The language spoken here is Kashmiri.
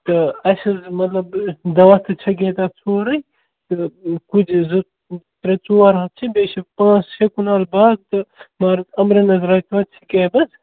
تہٕ اَسہِ حظ مَطلَب دوا تہِ چھَکہے تتھ سورُے تہٕ کُجہِ زٕ ترٛےٚ ژور ہتھ چھِ بیٚیہِ چھِ پانٛژ شےٚ کُنال باغ تہٕ مگر امبرٮ۪ن حظ درٛاے توتہِ سِکیپ حظ